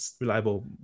reliable